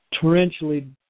torrentially